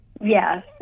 Yes